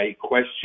question